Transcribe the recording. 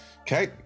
Okay